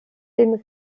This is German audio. den